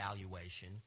valuation